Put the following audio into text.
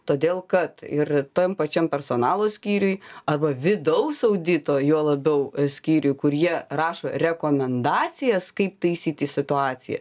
todėl kad ir tam pačiam personalo skyriuj arba vidaus audito juo labiau skyriuj kur jie rašo rekomendacijas kaip taisyti situaciją